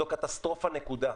נקודה.